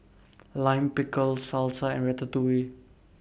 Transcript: Lime Pickle Salsa and Ratatouille